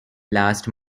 last